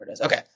Okay